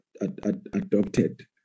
adopted